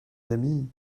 amis